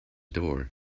door